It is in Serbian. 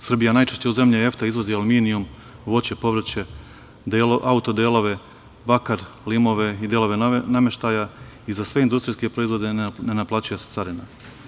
Srbija najčešće u zemlji EFTA izvozi aluminijum, voće, povrće, auto delove, bakar, lim i delove novog nameštaja i za sve industrijske proizvode ne naplaćuje se carina.